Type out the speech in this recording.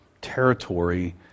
territory